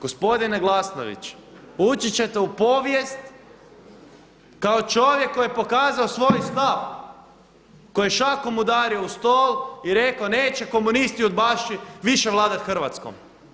Gospodine Glasnović ući ćete u povijest kao čovjek koji je pokazao svoj stav, koji je šakom udario u stol i rekao neće komunisti udbaši više vladat Hrvatskom.